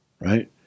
Right